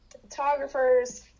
photographer's